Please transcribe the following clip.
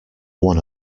one